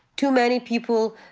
too many people,